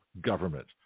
government